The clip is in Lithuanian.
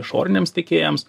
išoriniams tiekėjams